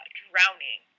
drowning